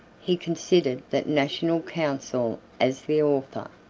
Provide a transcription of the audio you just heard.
he considered that national council as the author,